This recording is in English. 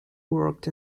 worked